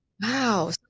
Wow